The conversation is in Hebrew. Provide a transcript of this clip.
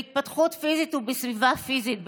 בהתפתחות פיזית ובסביבה פיזית בטוחה.